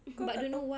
kau tak tahu